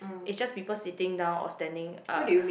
it's just people sitting down or standing up